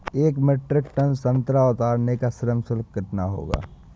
एक metric tonne संतरा उतारने का श्रम शुल्क कितना होगा?